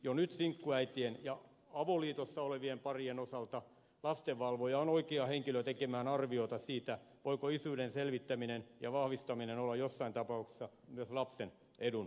jo nyt sinkkuäitien ja avoliitossa olevien parien osalta lastenvalvoja on oikea henkilö tekemään arvioita siitä voiko isyyden selvittäminen ja vahvistaminen olla jossain tapauksessa myös lapsen edun mukaista